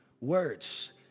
words